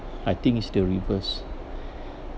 I think is the reverse